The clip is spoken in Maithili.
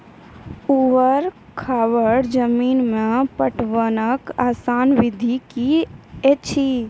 ऊवर खाबड़ जमीन मे पटवनक आसान विधि की ऐछि?